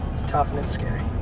tough and it's scary.